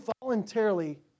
voluntarily